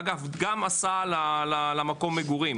אגב גם הסעה למקום מגורים